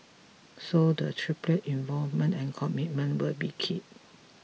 so the tripartite involvement and commitment will be key